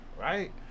Right